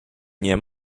nie